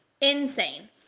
Insane